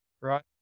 Right